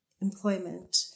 employment